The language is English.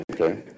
Okay